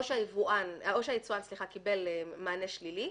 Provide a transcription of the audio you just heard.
או שהיצואן קיבל מענה שלילי,